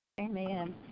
Amen